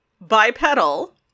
bipedal